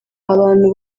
abantu